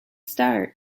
start